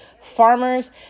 farmers